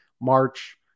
march